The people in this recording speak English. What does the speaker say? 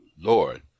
lord